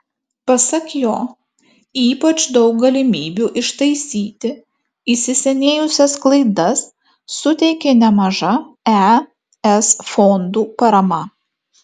pasak jo ypač daug galimybių ištaisyti įsisenėjusias klaidas suteikė nemaža es fondų parama